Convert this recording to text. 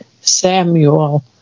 Samuel